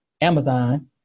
Amazon